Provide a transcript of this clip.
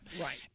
Right